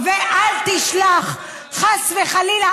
ואל תשלח, חס וחלילה.